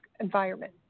environment